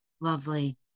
Lovely